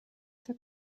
for